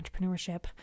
entrepreneurship